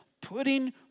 putting